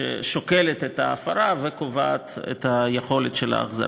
ששוקלת את ההפרה וקובעת את יכולת ההחזרה.